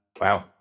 wow